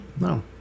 No